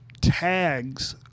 tags